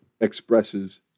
expresses